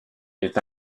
est